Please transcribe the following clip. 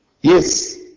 Yes